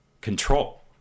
control